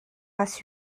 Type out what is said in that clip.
races